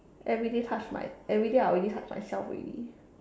everyday touch my everyday I already touch myself already